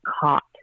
caught